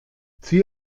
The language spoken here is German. zieh